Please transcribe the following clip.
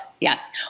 Yes